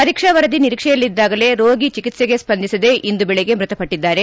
ಪರೀಕ್ಷಾ ವರದಿ ನಿರೀಕ್ಷೆಯಲ್ಲಿದ್ದಾಗಲೇ ರೋಗಿ ಚಿಕಿತ್ಸೆಗೆ ಸ್ಪಂದಿಸದೆ ಇಂದು ಬೆಳಗ್ಗೆ ಮೃತಪಟ್ಟಿದ್ದಾರೆ